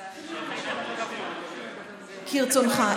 כרצונך.